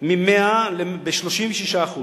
מ-100% ב-36%,